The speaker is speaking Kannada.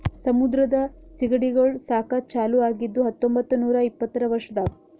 ಸಮುದ್ರದ ಸೀಗಡಿಗೊಳ್ ಸಾಕದ್ ಚಾಲೂ ಆಗಿದ್ದು ಹತೊಂಬತ್ತ ನೂರಾ ಇಪ್ಪತ್ತರ ವರ್ಷದಾಗ್